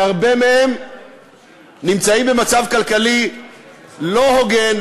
שהרבה מהם נמצאים במצב כלכלי לא הוגן,